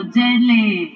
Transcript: deadly